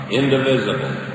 indivisible